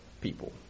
people